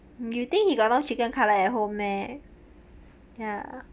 you think he got no chicken cutlet at home meh ya